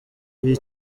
iyi